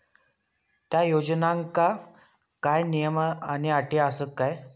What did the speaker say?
त्या योजनांका काय नियम आणि अटी आसत काय?